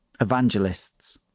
evangelists